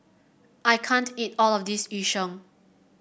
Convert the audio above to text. I can't eat all of this Yu Sheng